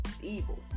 evil